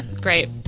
Great